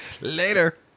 Later